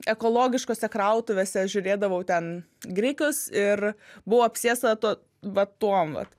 ekologiškuose krautuvėse žiūrėdavau ten grikius ir buvau apsėsta tuo vat tuom vat